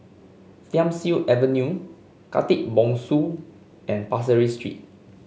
Thiam Siew Avenue Khatib Bongsu and Pasir Ris Street